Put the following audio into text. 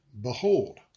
Behold